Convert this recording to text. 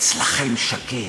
אצלכם שקט.